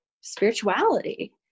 spirituality